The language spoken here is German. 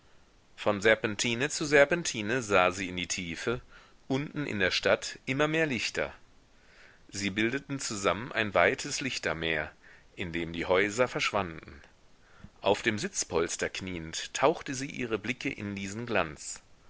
von serpentine zu serpentine sah sie in der tiefe unten in der stadt immer mehr lichter sie bildeten zusammen ein weites lichtermeer in dem die häuser verschwanden auf dem sitzpolster kniend tauchte sie ihre blicke in diesen glanz